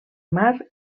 mar